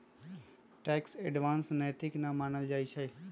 tax avoidance नैतिक न मानल जाइ छइ